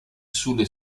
sulle